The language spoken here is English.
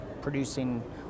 producing